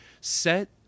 set